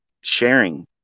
sharing